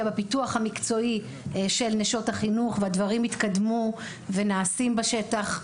בפיתוח המקצועי של נשות החינוך והדברים התקדמו ונעשים בשטח,